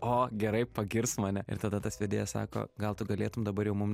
o gerai pagirs mane ir tada tas vedėjas sako gal tu galėtum dabar jau mum